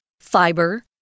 fiber